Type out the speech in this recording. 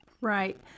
Right